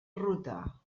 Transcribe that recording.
ruta